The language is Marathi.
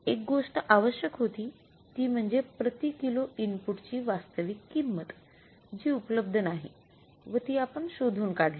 एक गोष्ट आवश्यक होती ती म्हणजे प्रति किलो इनपुटची वास्तविक किंमत जी उपलब्ध नाही व ती आपण शोधून काढली